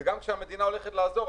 וגם כשהמדינה הולכת לעזור,